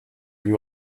you